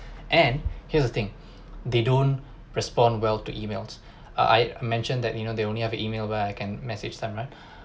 and here's the thing they don't respond well to emails uh I mentioned that you know they only have a email where I can message them right